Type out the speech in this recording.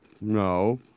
No